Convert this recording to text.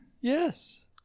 Yes